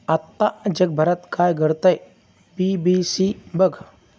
आत्ता जगभरात काय घडत आहे बी बी सी बघ